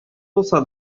булса